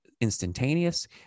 instantaneous